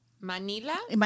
Manila